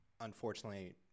Unfortunately